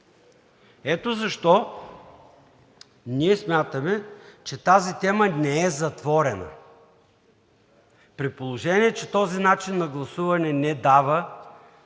Ето защо ние смятаме, че тази тема не е затворена. При положение че този начин на гласуване не дава